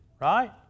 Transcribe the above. Right